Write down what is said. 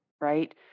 right